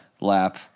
lap